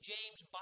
James